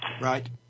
Right